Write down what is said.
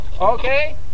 Okay